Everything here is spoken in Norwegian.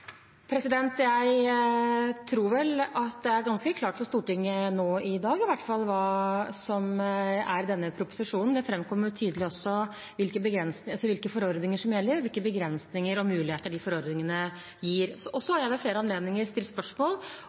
Jeg tror vel det er ganske klart for Stortinget i dag i hvert fall hva som er i denne proposisjonen. Det framkommer også tydelig hvilke forordninger som gjelder, og hvilke begrensninger og muligheter de forordningene gir. Og jeg har ved flere anledninger stilt spørsmål